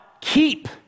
keep